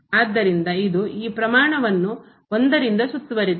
ಆದ್ದರಿಂದ ಇದು ಈ ಪ್ರಮಾಣವನ್ನು 1 ರಿಂದ ಸುತ್ತುವರೆದಿದೆ